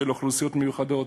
לאוכלוסיות מיוחדות,